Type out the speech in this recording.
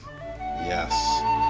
Yes